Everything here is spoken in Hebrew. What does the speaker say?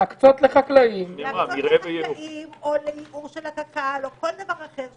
להקצות לחקלאים או לייעור של קק"ל או כל דבר אחר,